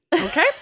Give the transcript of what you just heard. Okay